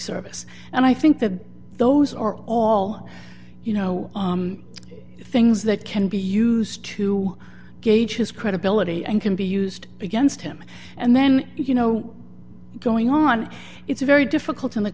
service and i think that those are all you know things that can be used to gauge his credibility and can be used against him and then you know going on it's very difficult in the